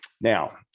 Now